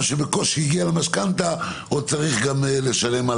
שבקושי הגיע למשכנתה עוד צריך לשלם על